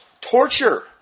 Torture